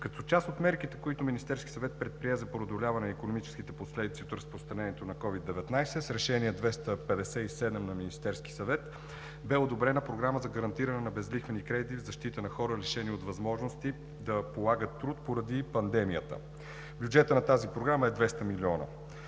Като част от мерките, които Министерският съвет предприе за преодоляване на икономическите последици от разпространението на COVID-19, с Решение № 257 на Министерския съвет бе одобрена Програма за гарантиране на безлихвени кредити в защита на хората, лишени от възможности да полагат труд поради пандемията. Бюджетът на тази програма е 200 милиона,